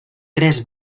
tres